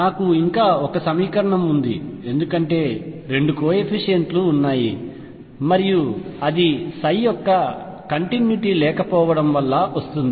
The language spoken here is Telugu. నాకు ఇంకా ఒక సమీకరణం ఉంది ఎందుకంటే రెండు కోయెఫిషియెంట్ లు ఉన్నాయి మరియు అది యొక్క కంటిన్యుటీ లేకపోవడం వల్ల వస్తుంది